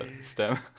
stem